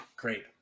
great